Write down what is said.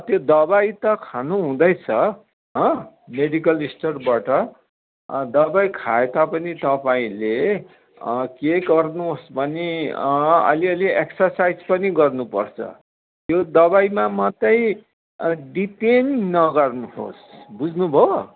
त्यो दबाई त खानुहुँदैछ हँ मेडिकल स्टोरबाट दबाई खाए तापनि तपाईँले के गर्नुहोस् भने अलि अलि एक्सर्साइज पनि गर्नुपर्छ यो दबाईमा मात्रै डिपेन्ड नगर्नुहोस् बुझ्नुभयो